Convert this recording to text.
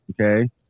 okay